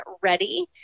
ready